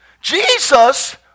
Jesus